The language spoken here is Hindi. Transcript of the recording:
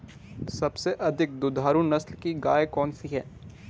सबसे अधिक दुधारू नस्ल की गाय कौन सी है?